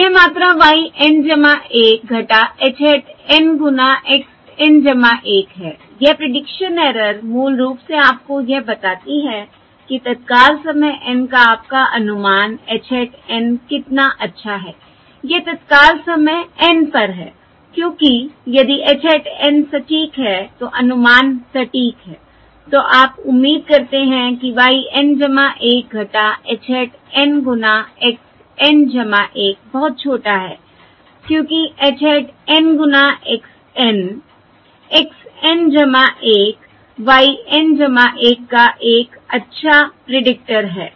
तो यह मात्रा y N 1 h hat N गुना x N 1 है यह प्रीडिक्शन एरर मूल रूप से आपको यह बताती है कि तत्काल समय N का आपका अनुमान h hat N कितना अच्छा है यह तत्काल समय N पर है क्योंकि यदि h hat N सटीक है तो अनुमान सटीक है तो आप उम्मीद करते हैं कि y N 1 h hat N गुना x N 1 बहुत छोटा है क्योंकि h hat N गुना x N x N 1 y N 1 का एक अच्छा प्रीडिक्टर है